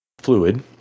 fluid